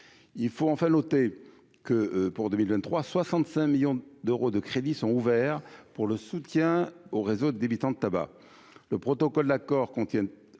il faut enfin noter que pour 2023 65 millions d'euros de crédit sont ouverts pour le soutien au réseau des débitants de tabac, le protocole d'accord qu'on tienne